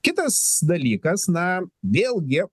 kitas dalykas na vėlgi